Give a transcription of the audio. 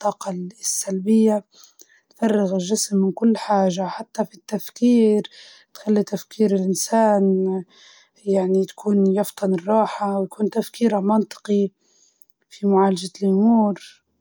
طريقة لنفهم العالم من حولنا.